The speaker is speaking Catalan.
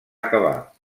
acabar